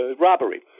robbery